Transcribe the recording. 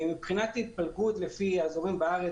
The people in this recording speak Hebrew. מבחינת התפלגות לפי אזורים בארץ,